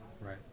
right